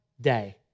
day